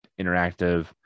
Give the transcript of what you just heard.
interactive